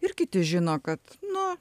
ir kiti žino kad nu